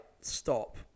stop